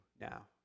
now